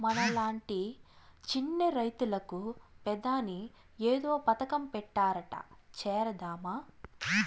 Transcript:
మనలాంటి చిన్న రైతులకు పెదాని ఏదో పథకం పెట్టారట చేరదామా